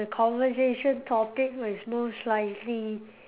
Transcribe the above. the conversation topic is mostly likely